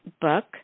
book